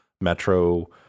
metro